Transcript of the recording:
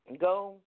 go